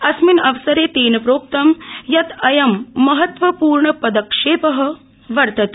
अस्मिन् अवसरे तेन प्रोक्तम् यत् अयम् महत्व ूर्ण दक्षे वर्तते